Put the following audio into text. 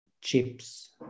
chips